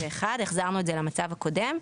החזרנו את זה למצב הקודם.